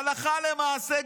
הלכה למעשה,